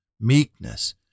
Meekness